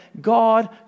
God